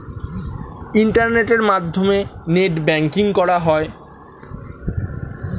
ইন্টারনেটের মাধ্যমে net banking করা হয়